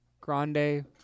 Grande